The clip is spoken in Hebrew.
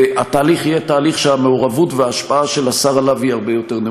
והתהליך יהיה תהליך שהמעורבות וההשפעה של השר עליו היא נמוכה הרבה יותר.